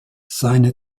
seine